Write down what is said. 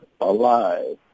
alive